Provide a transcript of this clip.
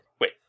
Wait